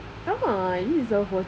come on this is our photo